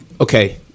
okay